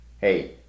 hey